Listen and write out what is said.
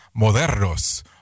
Modernos